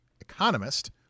economist